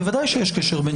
ודאי יש קשר.